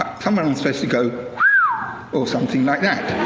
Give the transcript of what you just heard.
um and and supposed to go or something like that.